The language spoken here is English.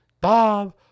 Bob